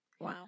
Wow